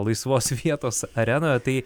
laisvos vietos arenoje tai